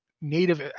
native